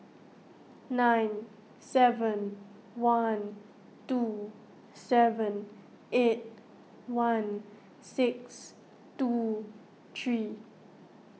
nine seven one two seven eight one six two three